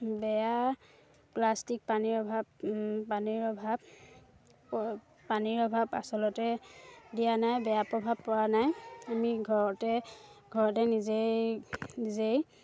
বেয়া প্লাষ্টিক পানীৰ অভাৱ পানীৰ অভাৱ প পানীৰ অভাৱ আচলতে দিয়া নাই বেয়া প্ৰভাৱ পৰা নাই আমি ঘৰতে ঘৰতে নিজেই নিজেই